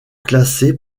classé